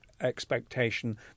expectation